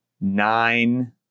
Nine